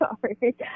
sorry